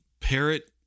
parrot